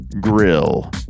Grill